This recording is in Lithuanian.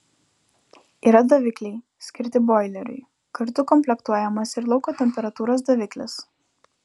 yra davikliai skirti boileriui kartu komplektuojamas ir lauko temperatūros daviklis